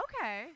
okay